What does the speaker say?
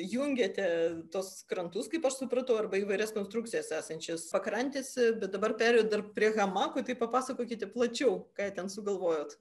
jungiate tuos krantus kaip aš supratau arba įvairias konstrukcijas esančias pakrantėse bet dabar perėjot dar prie hamakų tai papasakokite plačiau ką ten sugalvojot